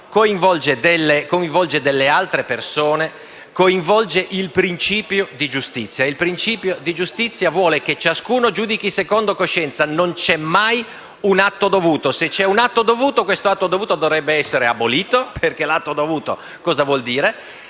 coinvolge altre persone e coinvolge il principio di giustizia, che vuole che ciascuno giudichi secondo coscienza. Non c'è mai un atto dovuto. Se c'è un atto dovuto, questo atto dovuto dovrebbe essere abolito, perché l'atto dovuto cosa vuol dire?